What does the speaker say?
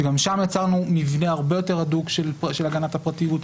ששם יצרנו מבנה הרבה יותר הדוק של הגנת הפרטיות.